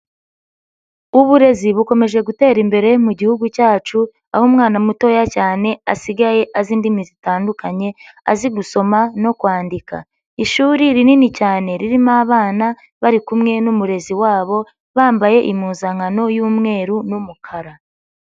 Uburezi bukomeje gutera imbere mu gihugu cyacu, aho umwana mutoya cyane asigaye azi indimi zitandukanye, azi gusoma no kwandika. Ishuri rinini cyane ririmo abana bari kumwe n'umurezi wabo, bambaye impuzankano y'umweru n'umukara.